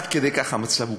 עד כדי כך המצב קשה,